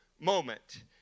moment